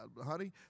honey